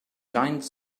giant